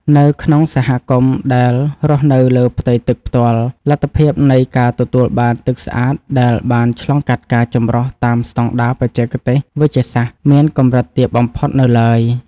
នៅក្នុងសហគមន៍ដែលរស់នៅលើផ្ទៃទឹកផ្ទាល់ លទ្ធភាពនៃការទទួលបានទឹកស្អាតដែលបានឆ្លងកាត់ការចម្រោះតាមស្តង់ដារបច្ចេកទេសវេជ្ជសាស្ត្រ មានកម្រិតទាបបំផុតនៅឡើយ។